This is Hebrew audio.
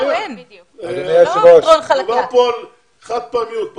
מדובר פה על חד-פעמיות.